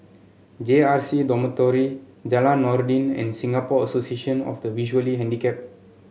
J R C Dormitory Jalan Noordin and Singapore Association of the Visually Handicapped